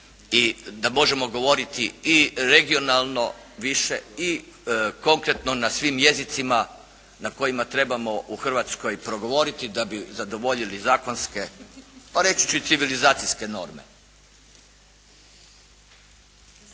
i da možemo govoriti i regionalno više i konkretno na svim jezicima na kojima trebamo u Hrvatskoj progovoriti da bi zadovoljili zakonske a reći ću i civilizacijske norme.